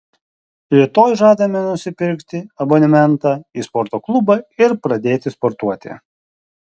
rytoj žadame nusipirkti abonementą į sporto klubą ir pradėti sportuoti